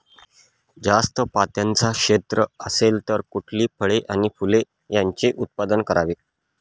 जास्त पात्याचं क्षेत्र असेल तर कुठली फळे आणि फूले यांचे उत्पादन करावे?